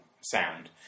sound